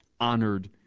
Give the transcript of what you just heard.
honored